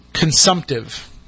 consumptive